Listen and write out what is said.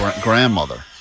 grandmother